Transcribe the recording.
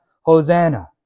Hosanna